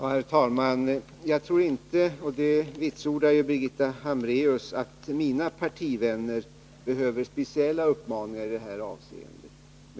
Herr talman! Jag tror inte, och det vitsordar ju Birgitta Hambraeus, att mina partivänner behöver speciella uppmaningar i det här avseendet.